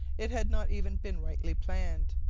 it had not even been rightly planned.